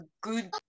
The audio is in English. good